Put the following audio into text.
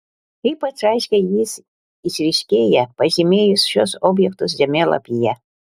ypač aiškiai jis išryškėja pažymėjus šiuos objektus žemėlapyje